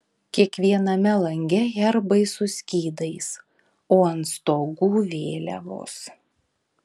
kiekviename lange herbai su skydais o ant stogų vėliavos